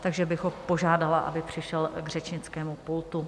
Takže bych ho požádala, aby přišel k řečnickému pultu.